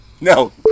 No